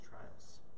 trials